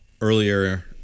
earlier